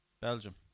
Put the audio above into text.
Belgium